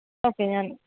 okay ഞാൻ